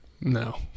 No